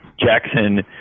Jackson